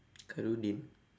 khairudin